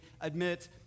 admit